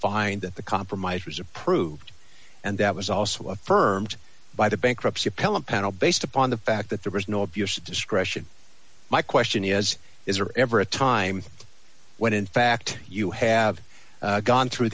find the compromise was approved and that was also affirmed by the bankruptcy appellate panel based upon the fact that there was no abuse of discretion my question is is there ever a time when in fact you have gone through